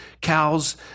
cows